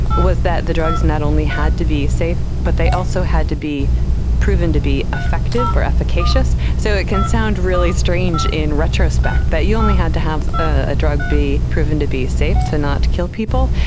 was that the drug is not only had to be safe but they also had to be proven to be effective or efficacious. so it can sound really strange in retrospect, that you only had to have a drug be proven to be safe, to not to kill people,